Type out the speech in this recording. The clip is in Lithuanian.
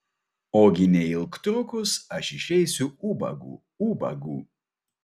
ogi neilgtrukus aš išeisiu ubagu ubagu